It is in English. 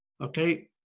Okay